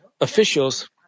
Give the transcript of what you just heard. officials